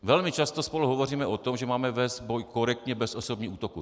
Velmi často spolu hovoříme o tom, že máme vést boj korektně bez osobních útoků.